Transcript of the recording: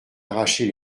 arraché